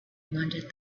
wanted